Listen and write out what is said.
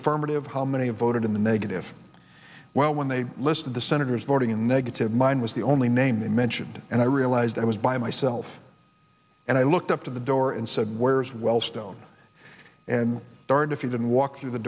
affirmative how many voted in the negative well when they list of the senators voting in negative mind was the only name they mentioned and i realized i was by myself and i looked up to the door and said where's wellstone and darned if you didn't walk through the